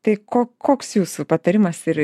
tai ko koks jūsų patarimas ir